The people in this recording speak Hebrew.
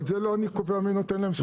אבל זה לא אני קובע מי נותן להם זכויות.